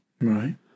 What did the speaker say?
right